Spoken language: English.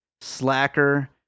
Slacker